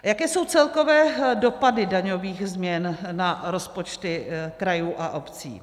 Jaké jsou celkové dopady daňových změn na rozpočty krajů a obcí?